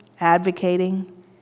advocating